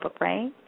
right